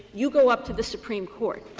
you go up to the supreme court.